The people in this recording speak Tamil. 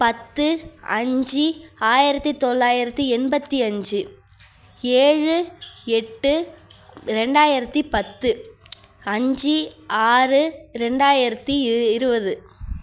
பத்து அஞ்சு ஆயிரத்தி தொள்ளாயிரத்தி எண்பத்தி அஞ்சு ஏழு எட்டு ரெண்டாயிரத்தி பத்து அஞ்சு ஆறு ரெண்டாயிரத்தி இருபது